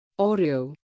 Oreo